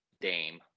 Dame